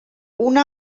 una